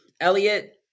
Elliot